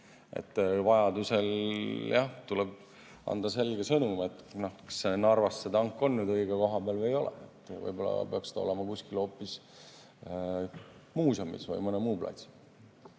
Vajadusel jah, tuleb anda selge sõnum, kas Narvas see tank on nüüd õige koha peal või ei ole. Võib-olla peaks see olema hoopis kuskil muuseumis või mõnel muul platsil.